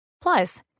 Plus